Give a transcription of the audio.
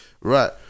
right